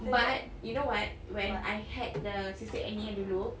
but you know what when I had the cystic acne kan dulu